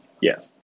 yes